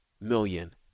million